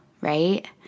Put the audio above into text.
right